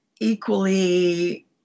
equally